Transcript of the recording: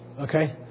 Okay